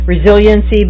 Resiliency